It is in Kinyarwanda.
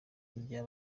rya